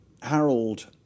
Harold